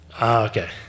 Okay